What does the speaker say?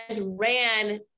ran